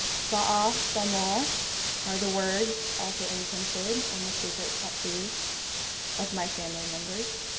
fa'asamoa are the words also imprinted on the sacred tattoos of my family members,